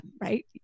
right